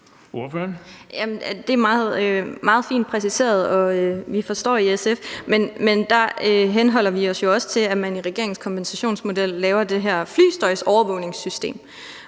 Det er meget fint præciseret, og vi forstår det i SF. Men der henholder vi os jo også til, at man i regeringens kompensationsmodel laver det her flystøjsovervågningssystem,